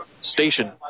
Station